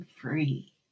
free